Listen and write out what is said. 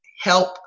help